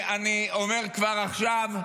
אני אומר כבר עכשיו: